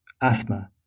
asthma